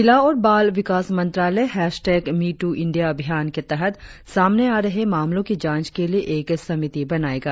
महिला और बाल विकास मंत्रालय मी टू इंडिया अभियान के तहत सामने आ रहे मामलों की जांच के लिए एक समिति बनाएगा